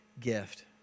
gift